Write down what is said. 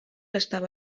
estava